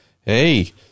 hey